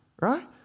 right